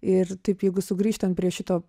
ir taip jeigu sugrįžtant prie šito